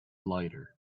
lighter